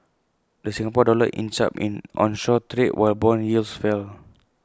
the Singapore dollar inched up in onshore trade while Bond yields fell